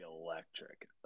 electric